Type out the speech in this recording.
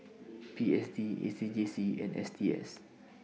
P S D A C J C and S T S